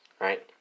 right